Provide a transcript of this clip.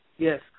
Yes